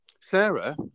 Sarah